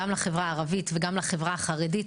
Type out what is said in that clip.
גם לחברה הערבית וגם לחברה החרדית,